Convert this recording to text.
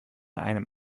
einem